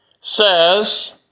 says